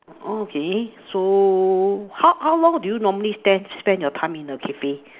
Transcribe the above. okay so how how long do you normally spend spend your time in a cafe